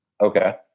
Okay